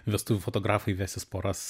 vestuvių fotografai vesis poras